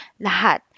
lahat